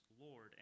Lord